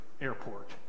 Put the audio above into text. Airport